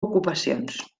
ocupacions